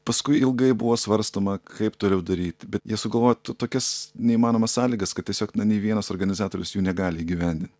paskui ilgai buvo svarstoma kaip toliau daryt bet jie sugalvojo to tokias neįmanomas sąlygas kad tiesiog na nei vienas organizatorius jų negali įgyvendint